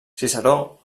ciceró